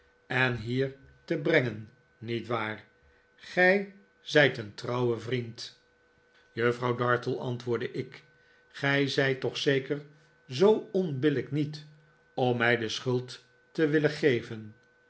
en hier te brengen niet waar ge zijt een trouwe vriend juffrouw dartle antwoordde ik gij zijt toch zeker zoo onbillijk niet om mij de schuld te willen geven